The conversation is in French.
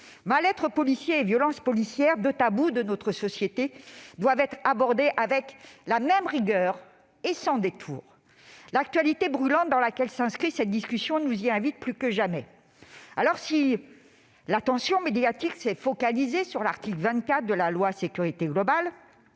mal-être policier et violences policières, deux tabous de notre société, doivent être abordés avec la même rigueur et sans détour. L'actualité brûlante dans laquelle s'inscrit cette discussion nous y invite plus que jamais. Si l'attention médiatique s'est focalisée sur l'article 24 de la loi relative